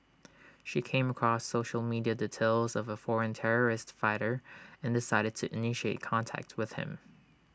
she came across social media details of A foreign terrorist fighter and decided to initiate contact with him